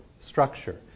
structure